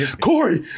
Corey